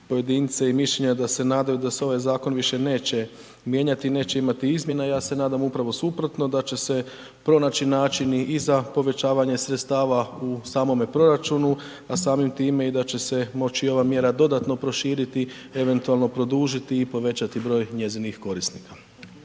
pojedince i mišljenja da se nadaju da se ovaj zakon više neće mijenjati i neće imati izmjena, ja se nadam upravo suprotno da će se pronaći načini i za povećavanje sredstava u samome proračunu a samim time i da će se moći i ova mjera dodatno proširiti, eventualno produžiti i povećati broj njezinih korisnika.